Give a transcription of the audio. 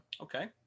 Okay